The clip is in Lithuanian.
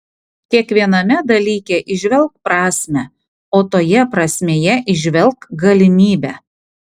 kiekviename dalyke įžvelk prasmę o toje prasmėje įžvelk galimybę